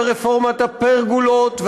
ורפורמת הפרגולות,